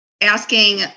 asking